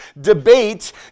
debate